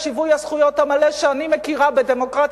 ושיווי הזכויות המלא שאני מכירה בדמוקרטיה,